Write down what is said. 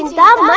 mad like